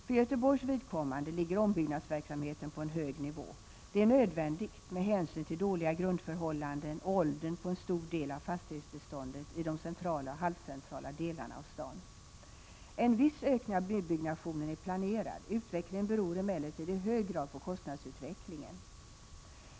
För Göteborgs vidkommande ligger ombyggnadsverksamheten på en hög nivå. Det är nödvändigt med hänsyn till dåliga grundförhållanden och åldern på en stor del av fastighetsbeståndet i de centrala och halvcentrala delarna av staden. En viss ökning av nybyggnationen är planerad. Utvecklingen beror emellertid i hög grad på kostnadsutvecklingen.